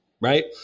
right